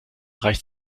reicht